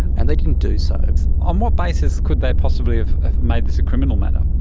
and they didn't do so. on what basis could they possibly have made this a criminal matter?